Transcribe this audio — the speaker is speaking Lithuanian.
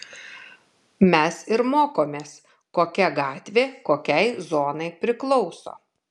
mes ir mokomės kokia gatvė kokiai zonai priklauso